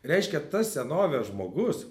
reiškia tas senovės žmogus